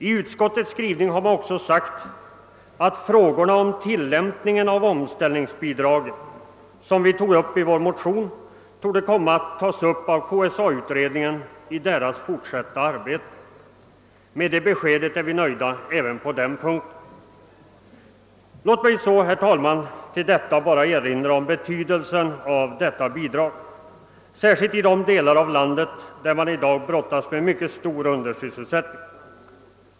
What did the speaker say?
I utskottets skrivning har också sagts, att frågorna om tillämpningen av omställningsbidragen, som även berörts i våra motioner, torde komma att tas upp av KSA-utredningen. Med det beskedet är vi nöjda på den punkten. Låt mig också erinra om betydelsen av dessa bidrag, särskilt i de delar av landet där man brottas med stor undersysselsättning.